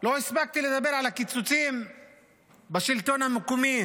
לא הספקתי לדבר על הקיצוצים בשלטון המקומי